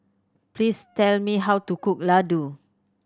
please tell me how to cook Ladoo